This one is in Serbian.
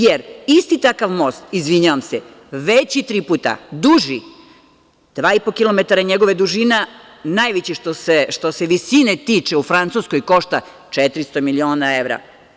Jer isti takav most, izvinjavam se, veći tri puta, duži dva i po kilometra, najveći što se visine tiče u Francuskoj košta 400 miliona evra.